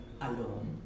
alone